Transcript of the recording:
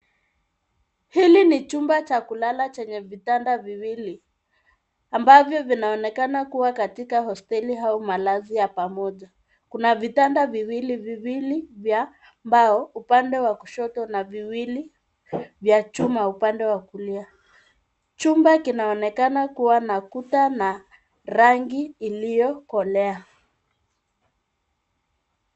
Hili ni chumba cha kulala chenye vitanda viwili, ambavyo vinaonekana kua katika hosteli au malazi ya pamoja. Kuna vitanda viwili viwili vya mbao, upande wa kushoto na viwili vya chuma upande wa kulia. Chumba kinaonekana kua na kuta na rangi iliyokolea.